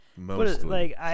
Mostly